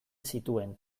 zituen